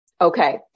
Okay